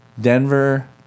Denver